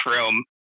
room